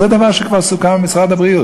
זה דבר שכבר סוכם עם משרד הבריאות,